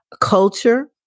culture